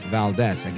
Valdez